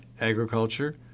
agriculture